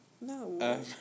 No